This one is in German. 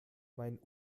mein